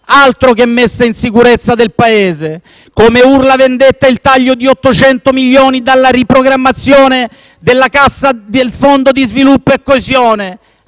Altro che messa in sicurezza del Paese! Come urla vendetta il taglio di 800 milioni di euro dalla riprogrammazione del fondo di sviluppo e coesione.